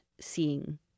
seeing